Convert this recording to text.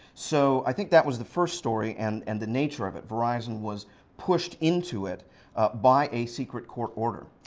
so i think that was the first story and and the nature of it verizon was pushed into it by a secret court order.